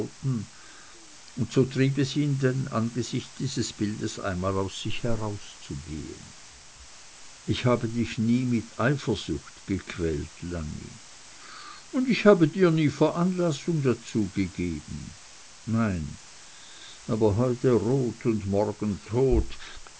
so trieb es ihn denn angesichts dieses bildes einmal aus sich herauszugehen ich habe dich nie mit eifersucht gequält lanni und ich habe dir nie veranlassung dazu gegeben nein aber heute rot und morgen tot